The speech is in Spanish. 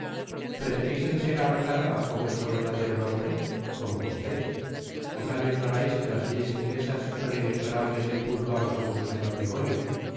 preferis et ser ahorcada bajo vuestro verdadero nombre como gusteis quizá no ignorais que las leyes inglesas son inexorables en punto á los abusos de matrimonio